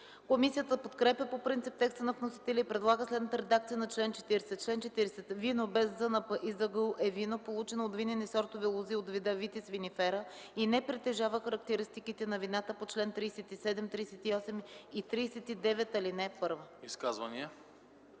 Комисията подкрепя по принцип текста на вносителя и предлага следната редакция на чл. 40: „Чл. 40. Вино без ЗНП и ЗГУ е вино, получено от винени сортове лози от вида Vitis vinifera и не притежава характеристиките на вината по чл. 37, 38 и 39, ал. 1.”